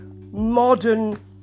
modern